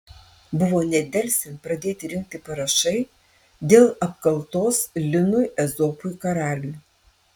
buvo nedelsiant pradėti rinkti parašai dėl apkaltos linui ezopui karaliui